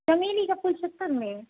चमेली का फूल सत्तर में